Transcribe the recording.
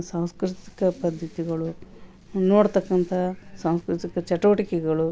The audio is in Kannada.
ಸಾಂಸ್ಕೃತಿಕ ಪದ್ಧತಿಗಳು ನೋಡತಕ್ಕಂಥ ಸಾಂಸ್ಕೃತಿಕ ಚಟುವಟಿಕೆಗಳು